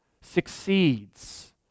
succeeds